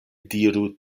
diru